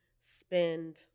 spend